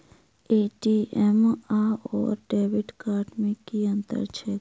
ATM आओर debit card मे की अंतर छैक?